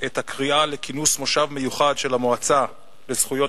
את הקריאה לכינוס מושב מיוחד של מועצת זכויות